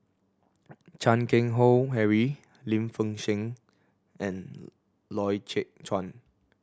Chan Keng Howe Harry Lim Fei Shen and Loy Chye Chuan